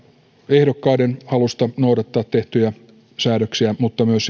ehdokkaiden halusta noudattaa tehtyjä säädöksiä että myös